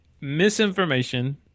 misinformation